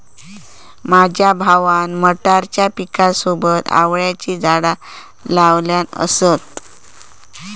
माझ्या भावान मटारच्या पिकासोबत आवळ्याची झाडा लावल्यान असत